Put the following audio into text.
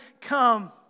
come